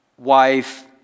Wife